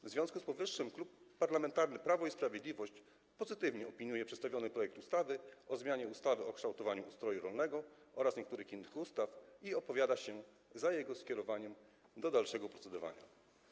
W związku z powyższym Klub Parlamentarny Prawo i Sprawiedliwość pozytywnie opiniuje przedstawiony projekt ustawy o zmianie ustawy o kształtowaniu ustroju rolnego oraz niektórych innych ustaw i opowiada się za jego skierowaniem do dalszego procedowania nad nim.